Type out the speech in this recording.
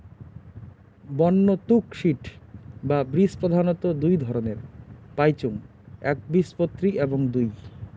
বন্য তুক সিড বা বীজ প্রধানত দুই ধরণের পাইচুঙ একবীজপত্রী এবং দুই